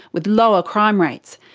with lower crime rates.